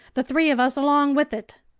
the three of us along with it!